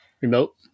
remote